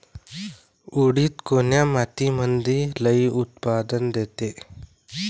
उडीद कोन्या मातीमंदी लई उत्पन्न देते?